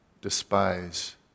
despise